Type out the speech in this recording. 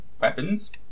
weapons